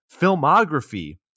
filmography